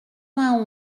vingt